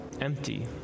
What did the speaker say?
empty